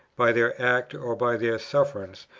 by their act or by their sufferance,